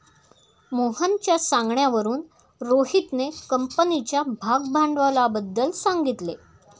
मोहनच्या सांगण्यावरून रोहितने कंपनीच्या भागभांडवलाबद्दल सांगितले